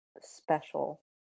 special